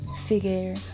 figure